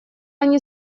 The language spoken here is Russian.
они